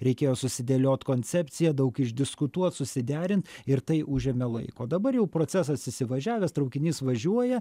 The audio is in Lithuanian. reikėjo susidėliot koncepciją daug išdiskutuot susiderint ir tai užėmė laiko dabar jau procesas įsivažiavęs traukinys važiuoja